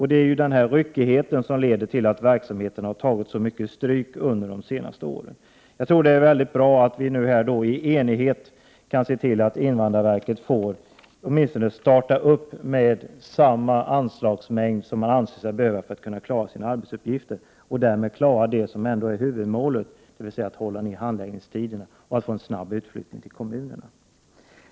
Det är denna ryckighet som harlett till att verksamheten har tagit så mycket stryk under de senaste åren. Det är bra att vi nu i enighet kan se till att invandrarverket får starta med åtminstone samma anslagsstorlek som man anser sig behöva för att klara sina arbetsuppgifter och därmed klara det som är huvudmålet, dvs. att hålla nere handläggningstiderna och få en snabb utflyttning till kommunerna.